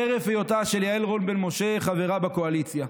חרף היותה של יעל רון בן משה חברה בקואליציה.